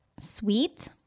Sweet